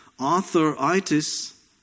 arthritis